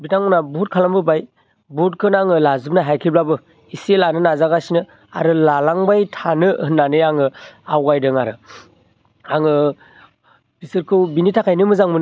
बिथांमोनहा बुहुत खालामबोबाय बुहुतखौनो आङो लाजोबनो हायाखैब्लाबो एसे लानो नाजागासिनो आरो लालांबाय थानो होन्नानै आङो आवगायदों आरो आङो बिसोरखौ बिनि थाखायनो मोजां मोनो